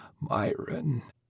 Myron